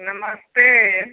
नमस्ते